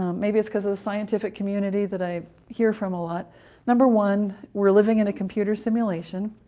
um maybe it's because of the scientific community that i hear from a lot number one we're living in a computer simulation